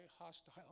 hostile